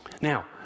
Now